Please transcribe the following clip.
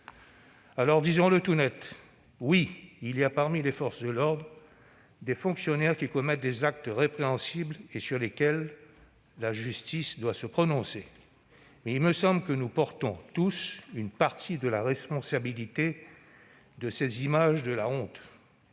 Disons-le tout net : oui, il y a parmi les forces de l'ordre des fonctionnaires qui commettent des actes répréhensibles, sur lesquels la justice doit se prononcer. Cependant, il me semble que nous portons tous une partie de la responsabilité de ces images de la honte.